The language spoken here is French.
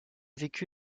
vécu